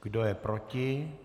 Kdo je proti?